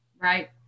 Right